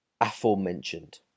aforementioned